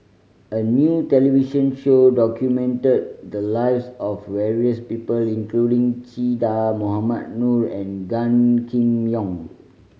a new television show documented the lives of various people including Che Dah Mohamed Noor and Gan Kim Yong